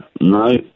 No